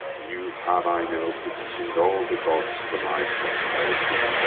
you have, i know, petition'd all the gods for my prosperity!